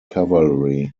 cavalry